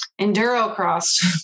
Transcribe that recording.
endurocross